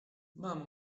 mam